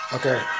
Okay